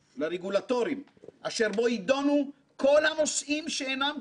בו תיבחנה כל הלקונות וכל המשמעויות הבין-רגולטוריות,